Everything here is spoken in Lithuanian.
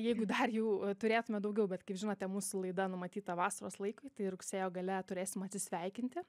jeigu dar jų turėtume daugiau bet kaip žinote mūsų laida numatyta vasaros laikui tai rugsėjo gale turėsim atsisveikinti